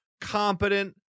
competent